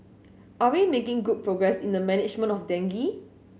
are we making good progress in the management of dengue